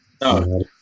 No